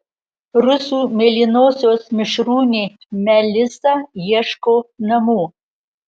rusų mėlynosios mišrūnė melisa ieško namų